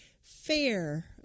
fair